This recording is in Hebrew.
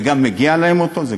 והוא גם מגיע להם, גם